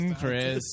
Chris